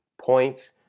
Points